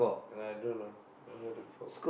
no I don't know never do before